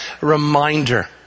reminder